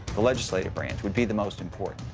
the legislative branch, would be the most important.